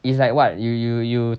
it's like what you you you